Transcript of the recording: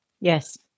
Yes